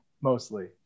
Mostly